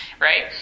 right